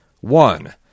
One